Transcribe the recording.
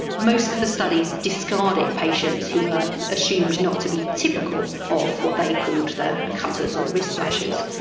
most of the studies discarded patients who were assumed not to be typical of what they called the cutters or wrist slashers.